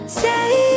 say